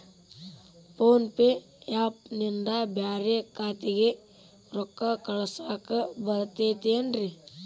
Phone pay app ನಿಂದ ಬ್ಯಾರೆ ಖಾತೆಕ್ ರೊಕ್ಕಾ ಕಳಸಾಕ್ ಬರತೈತೇನ್ರೇ?